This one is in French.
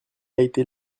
été